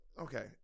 Okay